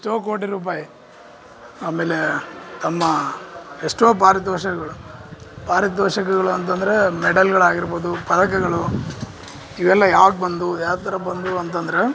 ಎಷ್ಟೋ ಕೋಟಿ ರೂಪಾಯ್ ಆಮೇಲೆ ತಮ್ಮ ಎಷ್ಟೋ ಪಾರಿತೋಷಕಗಳು ಪಾರಿತೋಷಕಗಳು ಅಂತಂದರೆ ಮೆಡಲ್ಗಳಾಗಿರ್ಬೋದು ಪದಕಗಳು ಇವೆಲ್ಲ ಯಾಕೆ ಬಂದವು ಯಾವ್ತರ ಬಂದವು ಅಂತಂದ್ರೆ